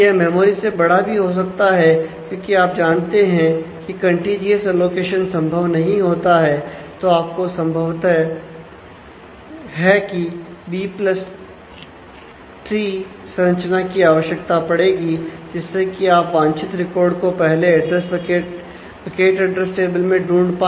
यह मेमोरी से बड़ा भी हो सकता है क्योंकि आप जानते हैं कि कंटीजीएस एलोकेशन संरचना की आवश्यकता पड़ेगी जिससे कि आप वांछित रिकॉर्ड को पहले बकेट एड्रेस टेबल में ढूंढ पाए